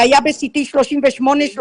היה ב-CT 38-39,